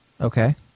Okay